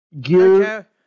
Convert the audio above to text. gear